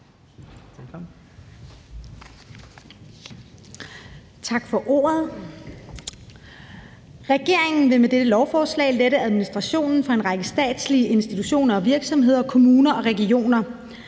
Tak for ordet. Regeringen vil med dette lovforslag lette administrationen for en række statslige institutioner, virksomheder, kommuner og regioner.